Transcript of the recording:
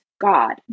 god